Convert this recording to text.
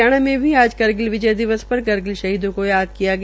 हरियाणा में भी आज करगिल विजय दिवस पर करगिल शहीदों को याद किया गया